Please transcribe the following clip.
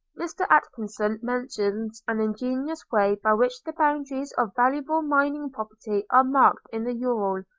mr. atkinson mentions an ingenious way by which the boundaries of valuable mining property are marked in the ural,